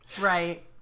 Right